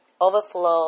Overflow